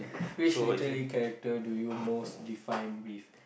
which literary character do you most define with